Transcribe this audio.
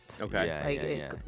Okay